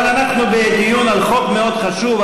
אבל אנחנו בדיון על חוק מאוד חשוב,